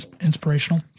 inspirational